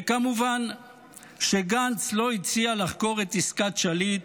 וכמובן שגנץ לא הציע לחקור את עסקת שליט,